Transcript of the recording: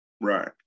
right